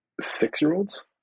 Six-year-olds